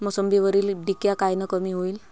मोसंबीवरील डिक्या कायनं कमी होईल?